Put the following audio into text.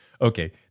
Okay